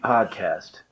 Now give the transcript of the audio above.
Podcast